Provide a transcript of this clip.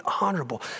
honorable